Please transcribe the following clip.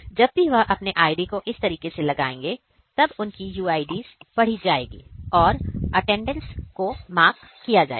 जब भी वह अपने ID को इस तरीके से लगाएंगे तब उनकी UIDs पढ़ी जाएगी और अटेंडेंस को मार्क किया जाएगा